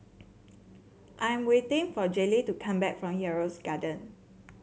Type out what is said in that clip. I'm waiting for Jayleen to come back from Yarrow Gardens